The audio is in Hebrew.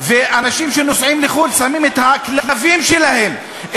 ואנשים שנוסעים לחו"ל שמים את הכלבים שלהם,